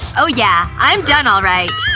oh yeah, i'm done all right.